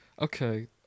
Okay